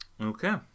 Okay